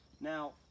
Now